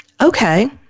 okay